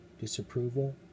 disapproval